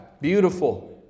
beautiful